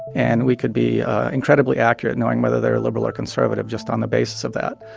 and we could be incredibly accurate knowing whether they were liberal or conservative just on the basis of that.